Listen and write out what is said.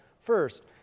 First